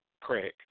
Craig